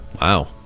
Wow